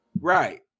Right